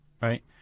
right